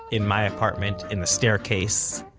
in my apartment, in the staircase.